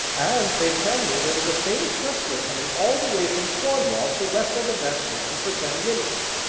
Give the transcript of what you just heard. and, they tell me, there is a famous wrestler coming all the way from cornwall to wrestle the best man for ten guineas.